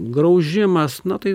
graužimas na tai